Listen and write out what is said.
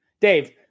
Dave